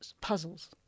puzzles